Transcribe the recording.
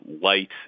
light